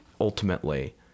ultimately